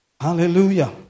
Hallelujah